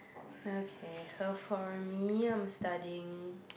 okay so for me I'm studying